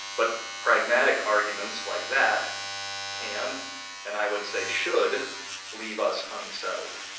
but pragmatic arguments like that can and i would say should leave us unsettled.